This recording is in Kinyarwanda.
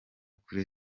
kuri